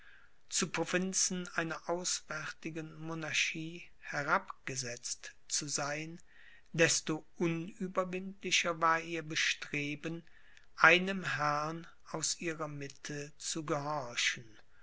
zu provinzen einer auswärtigen monarchie herabgesetzt zu sein desto unüberwindlicher war ihr bestreben einem herrn aus ihrer mitte zu gehorchen